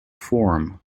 forum